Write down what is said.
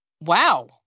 wow